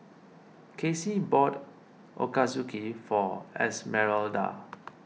Kacey bought Ochazuke for Esmeralda